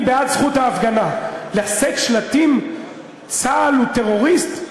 בעד זכות ההפגנה; לשאת שלטים "צה"ל הוא טרוריסט",